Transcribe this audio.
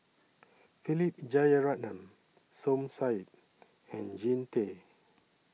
Philip Jeyaretnam Som Said and Jean Tay